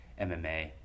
MMA